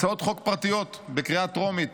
הצעות חוק פרטיות בקריאה טרומית.